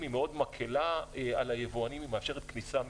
היא מאוד מקלה על היבואנים ומאפשרת כניסה מיידית,